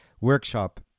workshop